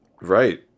Right